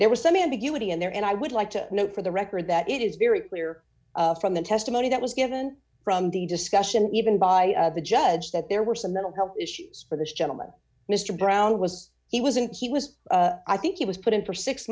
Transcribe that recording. there was some ambiguity in there and i would like to note for the record that it is very clear from the testimony that was given from the discussion even by the judge that there were some mental health issues for this gentleman mr brown was he wasn't he was i think he was put in for six